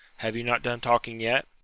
have you not done talking yet?